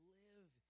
live